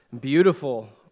beautiful